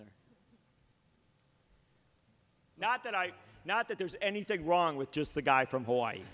there not that i not that there's anything wrong with just the guy from hawaii